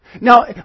Now